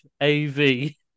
A-V